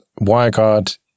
Wirecard